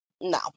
no